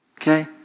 okay